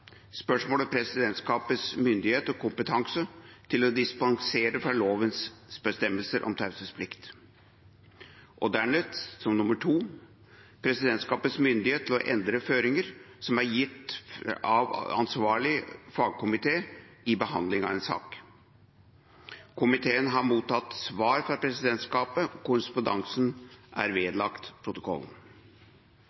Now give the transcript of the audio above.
spørsmålet om presidentskapets myndighet og kompetanse til å dispensere fra lovens bestemmelser om taushetsplikt. Dernest som nummer to: presidentskapets myndighet til å endre føringer som er gitt av ansvarlig fagkomité i behandling av en sak. Komiteen har mottatt svar fra presidentskapet, og korrespondansen er